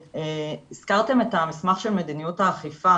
הזכרתם את המסמך של מדיניות האכיפה